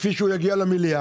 כפי שהוא יגיע אל המליאה.